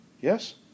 Yes